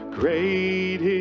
great